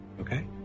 okay